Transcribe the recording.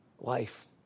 life